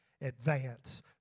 advance